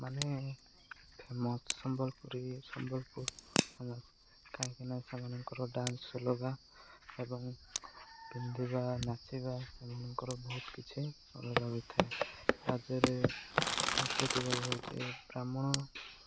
ମାନେ famous Sambalpuri Sambalpur famous କାହିଁକି ନା ସେମାନଙ୍କର ଡାନ୍ସ ଅଲଗା ଏବଂ ପିନ୍ଧିବା ନାଚିବା ସେମାନଙ୍କର ବହୁତ କିଛି ଅଲଗା ହୋଇଥାଏ ରାଜ୍ୟରେ ସାଂସ୍କୃତିକ ହେଉଛି ବ୍ରାହ୍ମଣ